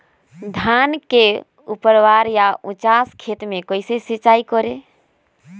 धान के ऊपरवार या उचास खेत मे कैसे सिंचाई करें?